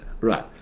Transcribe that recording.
right